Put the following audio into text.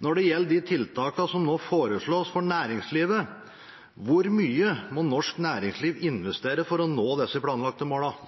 Når det gjelder de tiltakene som nå foreslås for næringslivet, hvor mye må norsk næringsliv investere for å nå